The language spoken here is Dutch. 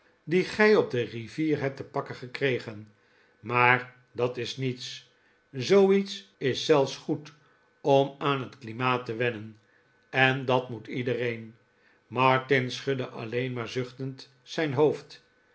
die gij op de rivier hebt te pakken gekregen maar dat is niets zooiets is zelfs goed om aan het klimaat te wennen en dat moet iedereen martin schudde alleen maar zuchtend zijn hoofd